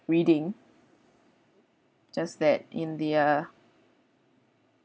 reading just that in their